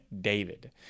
David